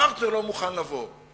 הפרטנר לא מוכן לבוא.